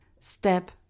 step